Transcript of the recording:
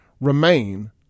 remain